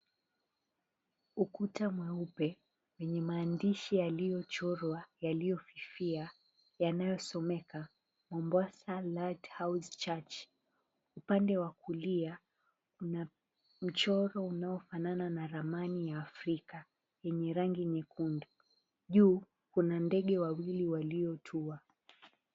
Ukuta mweupe, wenye maandishi yaliyochorwa yaliyofifia, yanayosomeka Mombasa Light House Church. Upande wa kulia, kuna mchoro unaofanana na ramani ya Afrika yenye rangi nyekundu. Juu, kuna ndege wawili waliotua.